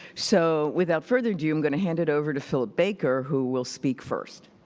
so without further ado, i'm going to hand it over to philip baker who will speak first.